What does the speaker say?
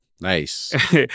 Nice